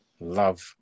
love